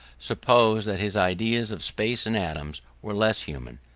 suppose that his ideas of space and atoms were less human,